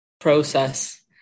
process